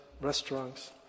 restaurants